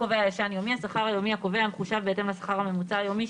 "שכר קובע ישן יומי" השכר היומי הקובע המחושב בהתאם לשכר הממוצע היומי,